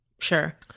Sure